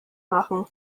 machen